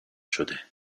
شده